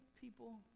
people